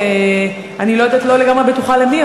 אני לא לגמרי בטוחה למי,